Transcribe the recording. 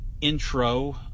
intro